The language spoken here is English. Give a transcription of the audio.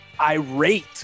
irate